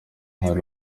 hari